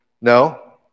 No